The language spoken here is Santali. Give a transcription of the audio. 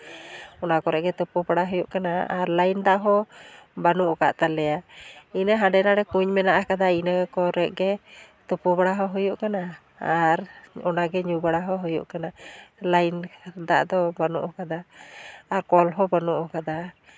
ᱚᱱᱟ ᱠᱚᱨᱮᱫ ᱜᱮ ᱛᱳᱯᱳ ᱵᱟᱲᱟ ᱦᱩᱭᱩᱜ ᱠᱟᱱᱟ ᱟᱨ ᱞᱟᱭᱤᱱ ᱫᱟᱜ ᱦᱚᱸ ᱵᱟᱹᱱᱩᱜ ᱟᱠᱟᱫ ᱛᱟᱞᱮᱭᱟ ᱤᱱᱟᱹ ᱦᱟᱸᱰᱮ ᱱᱟᱸᱰᱮ ᱠᱩᱧ ᱢᱮᱱᱟᱜ ᱟᱠᱟᱫᱟ ᱤᱱᱟᱹ ᱠᱚᱨᱮ ᱜᱮ ᱛᱳᱯᱳ ᱵᱟᱲᱟ ᱦᱚᱸ ᱦᱩᱭᱩᱜ ᱠᱟᱱᱟ ᱟᱨ ᱚᱱᱟ ᱜᱮ ᱧᱩ ᱵᱟᱲᱟ ᱦᱚᱸ ᱦᱩᱭᱩᱜ ᱠᱟᱱᱟ ᱞᱟᱭᱤᱱ ᱫᱟᱜ ᱫᱚ ᱵᱟᱹᱱᱩᱜ ᱟᱠᱟᱫᱟ ᱟᱨ ᱠᱚᱞ ᱦᱚᱸ ᱵᱟᱹᱱᱩᱜ ᱟᱠᱟᱫᱟ